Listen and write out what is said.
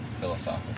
philosophical